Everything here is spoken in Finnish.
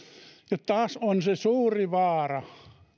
ja taas on se suuri vaara